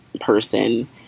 person